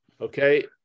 okay